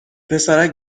پسرک